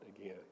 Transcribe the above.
again